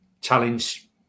challenge